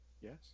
Yes